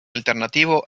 alternativo